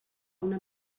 una